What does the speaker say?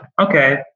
okay